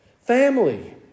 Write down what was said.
family